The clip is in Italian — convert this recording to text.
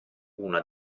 una